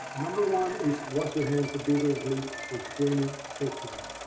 number one is wash your hands vigorously for twenty seconds.